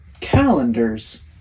calendars